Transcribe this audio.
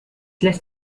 lässt